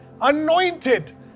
anointed